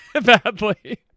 Badly